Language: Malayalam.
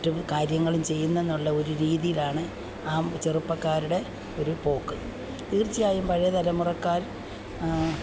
മറ്റും കാര്യങ്ങളും ചെയ്യുന്നത് എന്നുള്ള ഒരു രീതിയിലാണ് ആ ചെറുപ്പക്കാരുടെ ഒരു പോക്ക് തീർച്ചയായും പഴയ തലമുറക്കാർ